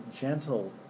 gentle